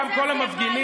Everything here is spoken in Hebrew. גם כל המפגינים,